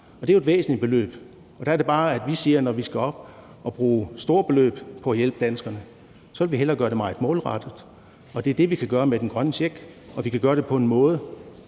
Der er det bare, vi siger, at vi, når vi skal op at bruge store beløb på at hjælpe danskerne, så hellere vil gøre det meget målrettet. Og det er det, vi kan gøre med den grønne check, og vi kan gøre det på en måde,